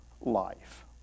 life